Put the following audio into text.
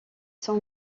sont